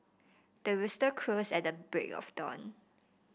the rooster crows at the break of dawn